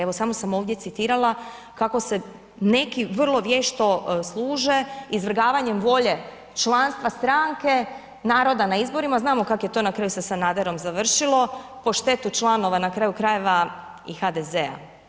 Evo sam ovdje citirala kako se neki vrlo vješto služe izvrgavanjem volje članstva stranke naroda na izborima, znamo kako je to na kraju sa Sanaderom završilo, po štetu članova na kraju krajeva i HDZ-a.